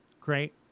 Great